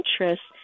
interests